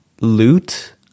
Loot